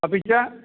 अपि च